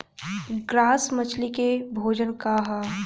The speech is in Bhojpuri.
ग्रास मछली के भोजन का ह?